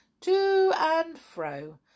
to-and-fro